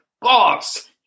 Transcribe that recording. boss